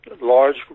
large